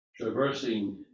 ...traversing